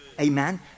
Amen